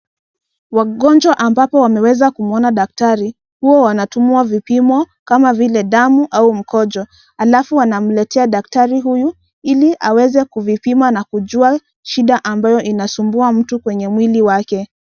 Wagonjwa ambapo wameweza kumwona daktari huwa wanatumwa vipimo kama vile damu, au mkojo halafu wanamletea daktari huyu ili aweze kuvipima na kujua shida ambayo inasumbua mtu kwenye mwili wake.